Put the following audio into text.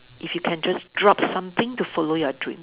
if you can just drop something to follow your dream